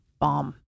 Bomb